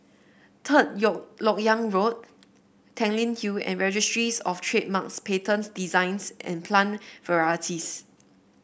Third LoK Yang Road Tanglin Hill and Registries Of Trademarks Patents Designs and Plant Varieties